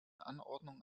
anordnungen